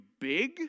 big